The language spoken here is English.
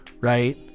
right